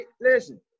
Listen